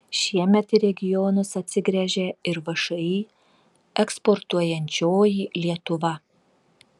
šiemet į regionus atsigręžė ir všį eksportuojančioji lietuva